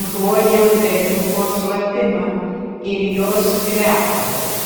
užuodžiau berniuko šlapimą ir jos kvepalus